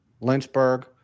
Lynchburg